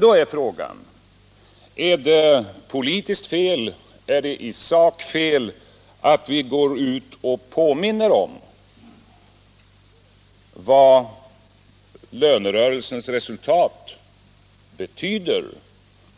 Då är frågan: Är det politiskt fel, är det i sak fel att vi går ut och påminner om vad lönerörelsens resultat betyder